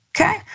Okay